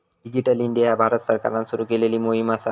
digital India ह्या भारत सरकारान सुरू केलेली मोहीम असा